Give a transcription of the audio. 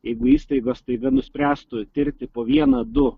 jeigu įstaiga staiga nuspręstų tirti po vieną du